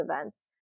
events